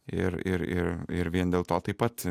ir ir ir ir vien dėl to taip pat